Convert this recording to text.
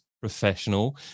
professional